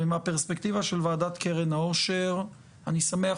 מהפרספקטיבה של ועדת קרן העושר אני שמח